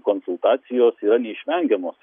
konsultacijos yra neišvengiamos